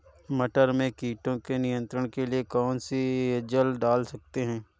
मटर में कीटों के नियंत्रण के लिए कौन सी एजल डाल सकते हैं?